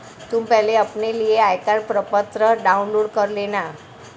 तुम पहले अपने लिए आयकर प्रपत्र डाउनलोड कर लेना